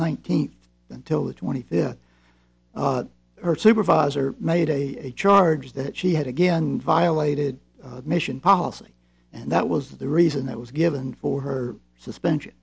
nineteenth until the twenty fifth her supervisor made a charge that she had again violated mission policy and that was the reason that was given for her suspension